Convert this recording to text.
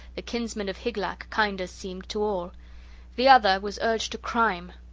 the kinsman of hygelac kinder seemed to all the other was urged to crime!